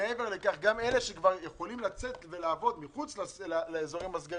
לאלה שיכולים לצאת לעבוד מחוץ לאזור הסגר